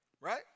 Right